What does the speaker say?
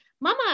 Mama